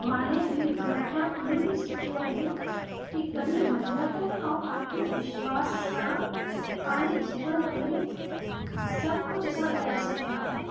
मां ने बि हुनखां इहो ई सिख्यो आहे कि कड़ी महिनत ऐं आत्मविश्वास सां पंहिंजे जीवन में सभु कुझु असां करे सघऊं था